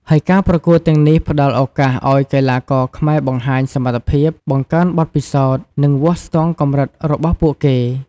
ហើយការប្រកួតទាំងនេះផ្តល់ឱកាសឱ្យកីឡាករខ្មែរបង្ហាញសមត្ថភាព បង្កើនបទពិសោធន៍ និងវាស់ស្ទង់កម្រិតរបស់ពួកគេ។